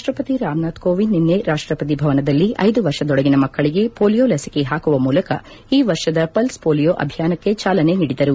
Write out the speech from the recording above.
ರಾಷ್ಟಪತಿ ರಾಮನಾಥ ಕೋವಿಂದ್ ನಿನ್ನೆ ರಾಷ್ಟಪತಿ ಭವನದಲ್ಲಿ ಐದು ವರ್ಷದೊಳಗಿನ ಮಕ್ಕಳಿಗೆ ಪೊಲಿಯೋ ಲಸಿಕೆ ಹಾಕುವ ಮೂಲಕ ಈ ವರ್ಷದ ಪಲ್ಸ್ ಪೊಲಿಯೋ ಅಭಿಯಾನಕ್ಕೆ ಚಾಲನೆ ನೀಡಿದರು